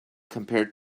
compared